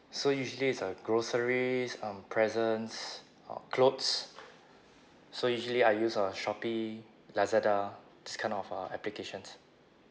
so usually it's uh groceries um presents uh clothes so usually I use on shopee lazada this kind of uh applications